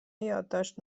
یادداشت